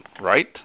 right